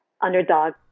underdog